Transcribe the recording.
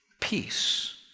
peace